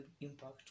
impact